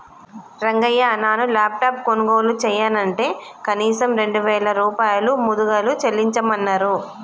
రంగయ్య నాను లాప్టాప్ కొనుగోలు చెయ్యనంటే కనీసం రెండు వేల రూపాయలు ముదుగలు చెల్లించమన్నరు